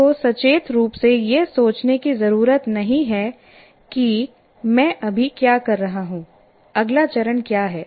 आपको सचेत रूप से यह सोचने की ज़रूरत नहीं है कि मैं अभी क्या कर रहा हूँ अगला चरण क्या है